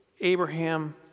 Abraham